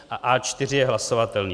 A A4 je hlasovatelný.